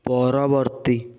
ପରବର୍ତ୍ତୀ